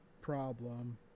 problem